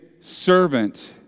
servant